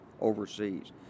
overseas